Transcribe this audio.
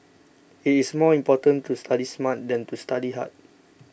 it is more important to study smart than to study hard